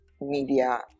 media